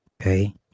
Okay